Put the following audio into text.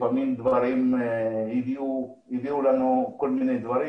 לפעמים הביאו אלינו כל מיני דברים.